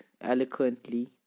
eloquently